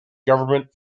government